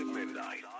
Midnight